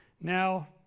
Now